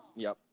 yep,